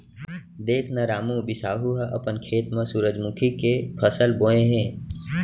देख न रामू, बिसाहू ह अपन खेत म सुरूजमुखी के फसल बोय हे